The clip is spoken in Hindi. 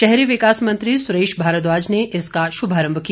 शहरी विकास मंत्री सुरेश भारद्वाज ने इसका शुभारंभ किया